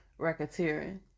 Racketeering